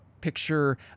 picture